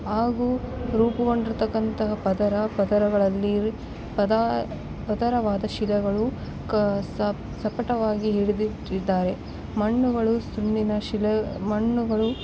ಹಾಗು ರೂಪುಗೊಂಡಿರ್ತಕ್ಕಂತಹ ಪದರ ಪದರಗಳಲ್ಲಿ ಪದಾ ಪದರವಾದ ಶಿಲೆಗಳು ಕ ಸಪ್ ಸಪಟವಾಗಿ ಹಿಡಿದಿಟ್ಟಿದ್ದಾರೆ ಮಣ್ಣುಗಳು ಸುನ್ನಿನ ಶಿಲೆ ಮಣ್ಣುಗಳು